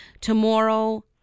Tomorrow